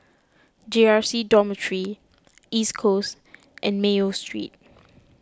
J R C Dormitory East Coast and Mayo Street